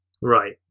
Right